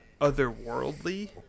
otherworldly